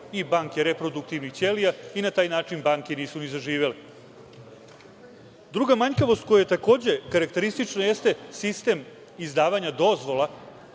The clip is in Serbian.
i banke reproduktivnih ćelija i na taj način banke nisu ni zaživele. Druga manjkavost koja je takođe karakteristična, jeste sistem izdavanja dozvola